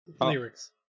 Lyrics